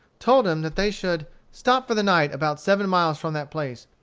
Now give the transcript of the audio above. told him that they should stop for the night about seven miles from that place,